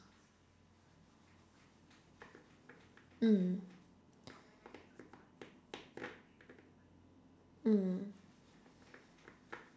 mm mm